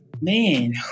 man